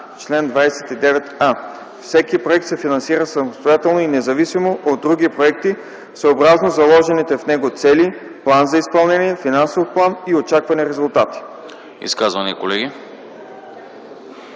„Чл. 29а. Всеки проект се финансира самостоятелно и независимо от други проекти съобразно заложените в него цели, план за изпълнение, финансов план и очаквани резултати.”